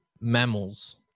mammals